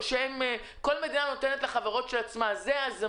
כך נוכל לעקוב אחרי זה.